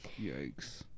Yikes